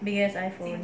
biggest iphone